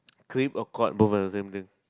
clamp or court both are the same thing